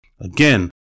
Again